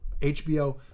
hbo